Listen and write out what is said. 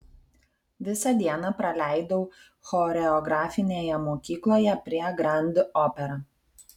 visą dieną praleidau choreografinėje mokykloje prie grand opera